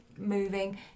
moving